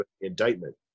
indictment